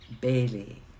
Bailey